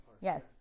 Yes